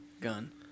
gun